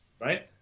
right